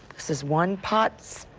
this is one-pot